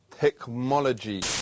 technology